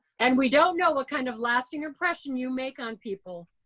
and we don't know what kind of lasting impression you make on people,